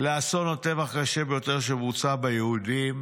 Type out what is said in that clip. לאסון הטבח הקשה ביותר שבוצע ביהודים